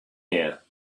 here